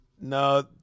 No